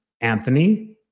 Anthony